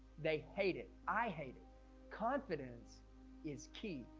they hate it. i hate it confidence is key.